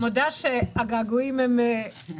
אני מודה שהגעגועים הם אמביוולנטיים.